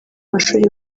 mashuri